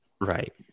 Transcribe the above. Right